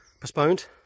postponed